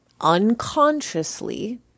unconsciously